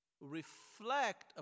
reflect